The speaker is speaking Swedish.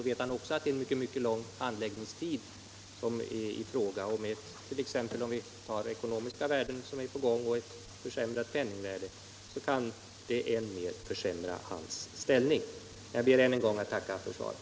Vet han också att en mycket lång handläggningstid kommer i fråga och exempelvis ekonomiska värden står på spel och man måste räkna med ett försämrat penningvärde, kan det än mer försämra hans ställning. Jag ber ännu en gång att få tacka för svaret.